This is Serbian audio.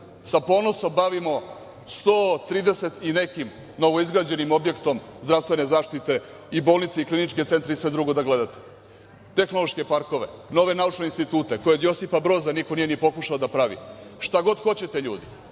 sa ponosom bavimo 130 i nekim novo izgrađenim objektom zdravstvene zaštite i bolnice i kliničke centre i sve drugo kad gledate, tehnološke parkove, nove naučne institute, koje još od Josipa Broza niko nije ni pokušao da pravi. Šta god hoćete, ljudi,